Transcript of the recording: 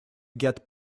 get